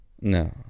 No